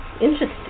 Interesting